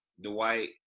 Dwight